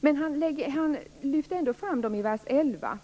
Men han lyfter ändå fram dem i vers 11,